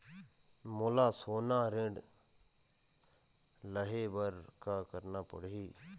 मोला सोना ऋण लहे बर का करना पड़ही?